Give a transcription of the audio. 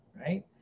right